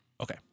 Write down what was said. Okay